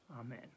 amen